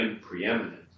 preeminent